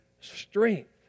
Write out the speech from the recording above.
strength